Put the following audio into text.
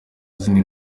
zindi